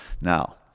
now